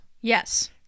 Yes